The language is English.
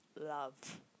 love